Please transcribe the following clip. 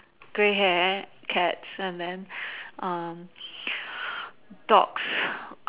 gray hair cats and then um dogs